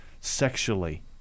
Sexually